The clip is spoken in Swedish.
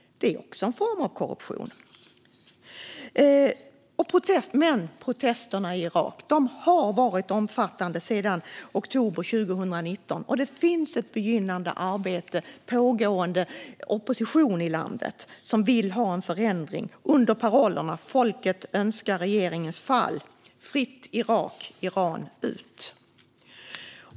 Det är också en form av korruption. Protesterna i Irak har varit omfattande sedan oktober 2019. Det finns ett begynnande arbete och en pågående opposition i landet som vill ha en förändring under parollerna: Folket önskar regeringens fall, Fritt Irak och Iran ut.